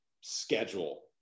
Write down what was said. schedule